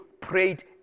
prayed